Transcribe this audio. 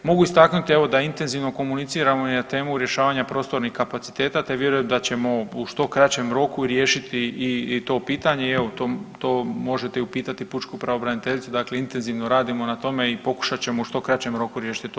Mogu istaknuti evo da intenzivno komuniciramo i na temu rješavanja prostornih kapaciteta, te vjerujem da ćemo u što kraćem roku riješiti i to pitanje i evo to, to možete i upitati i pučku pravobraniteljicu, dakle intenzivno radimo na tome i pokušat ćemo u što kraćem roku riješiti to pitanje.